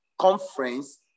conference